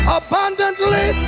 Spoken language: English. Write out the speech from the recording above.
abundantly